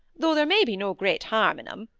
though there may be no great harm in em